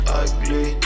ugly